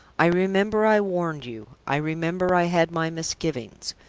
i remember i warned you i remember i had my misgivings.